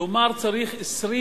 כלומר צריך 25